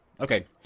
Okay